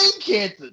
cancer